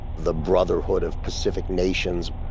the brotherhood of pacific nations.